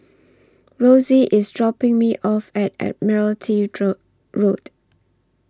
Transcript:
Rosie IS dropping Me off At Admiralty Road